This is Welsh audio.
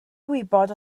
gwybod